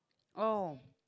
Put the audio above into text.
oh